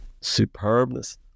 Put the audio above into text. superbness